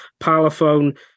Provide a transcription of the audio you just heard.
parlophone